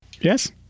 Yes